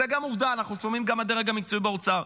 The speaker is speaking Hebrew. זו עובדה, אנחנו שומעים את הדרג המקצועי באוצר.